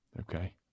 okay